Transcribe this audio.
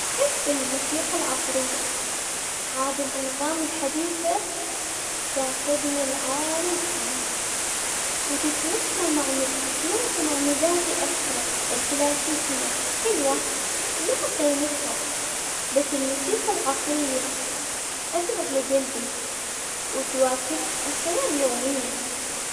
أحب الموسيقى العصرية عاد الأنغام الحديثة تاخذني لعالم ثاني، وتتمشى مع تتماشى مع مزاجي أكثر الكلاسيكية حلوة ولها قيمتها بس الموسيقى العصرية أقرب لقلبي وتواكب الحياة اليومية.